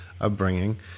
upbringing